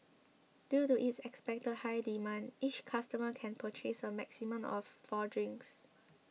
due to expected high demand each customer can purchase a maximum of four drinks